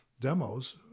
demos